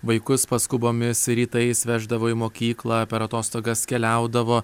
vaikus paskubomis rytais veždavo į mokyklą per atostogas keliaudavo